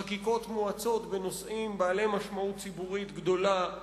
חקיקות מואצות בנושאים בעלי משמעות ציבורית גדולה,